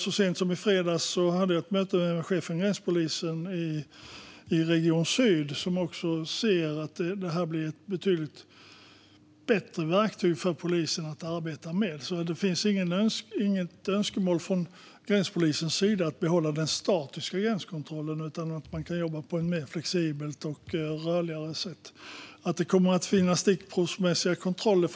Så sent som i fredags hade jag ett möte med chefen för gränspolisen i region Syd, som också ser att det här blir ett betydligt bättre verktyg för polisen att arbeta med. Det finns inget önskemål från gränspolisens sida att behålla den statiska gränskontrollen, utan de vill kunna jobba på ett mer flexibelt och rörligare sätt. Det kommer även fortsättningsvis att finnas stickprovsmässiga kontroller.